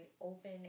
open